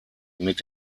mit